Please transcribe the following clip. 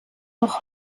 noch